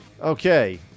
Okay